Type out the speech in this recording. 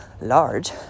large